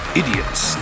idiots